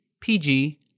PG